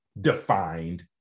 defined